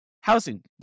housing